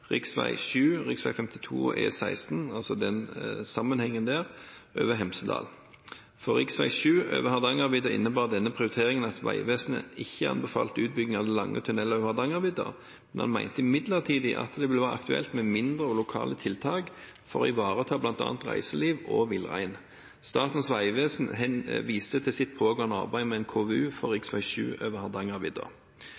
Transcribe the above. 52 og E16, altså den forbindelsen der, over Hemsedal. For rv. 7 over Hardangervidda innebar denne prioriteringen at Vegvesenet ikke anbefalte utbygging av lange tunneler over Hardangervidda. Man mente imidlertid at det ville være aktuelt med mindre og lokale tiltak for å ivareta bl.a. reiseliv og villrein. Statens vegvesen viste til sitt pågående arbeid med en KVU for